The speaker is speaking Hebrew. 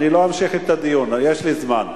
אני לא אמשיך את הדיון, יש לי זמן.